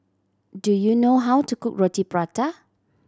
do you know how to cook Roti Prata